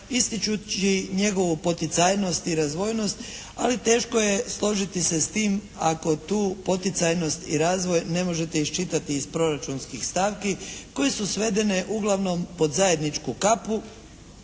ističući njegovu poticajnost i razvojnost. Ali teško je složiti se s tim ako tu poticajnost i razvoj ne možete iščitati iz proračunskih stavki koje su svedene uglavnom pod zajedničku kapu